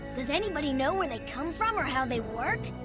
does anybody know where they come from or how they work?